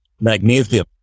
Magnesium